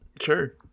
Sure